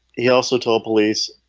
he also told police.